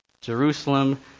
Jerusalem